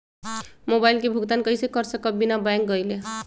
Mobile के भुगतान कईसे कर सकब बिना बैंक गईले?